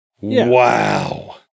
Wow